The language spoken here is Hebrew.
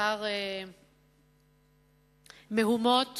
לאחר מהומות